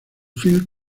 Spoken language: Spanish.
film